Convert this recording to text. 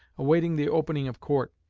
awaiting the opening of court,